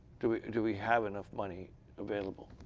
do we do we have enough money available?